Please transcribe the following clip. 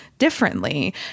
Differently